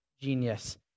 genius